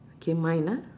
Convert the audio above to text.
okay mine ah